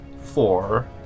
four